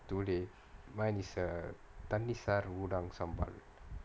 today mine is err thanni saaroodang sambal